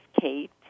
Kate